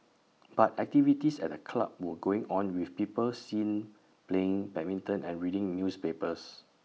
but activities at the club were going on with people seen playing badminton and reading newspapers